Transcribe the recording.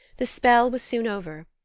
the spell was soon over,